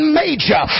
major